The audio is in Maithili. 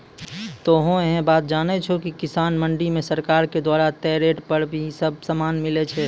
तोहों है बात जानै छो कि किसान मंडी मॅ सरकार के द्वारा तय रेट पर ही सब सामान मिलै छै